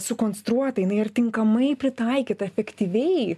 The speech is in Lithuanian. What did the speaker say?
sukonstruota jinai ar tinkamai pritaikyta efektyviai